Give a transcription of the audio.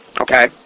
Okay